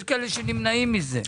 יש כאלה שנמנעים מזה.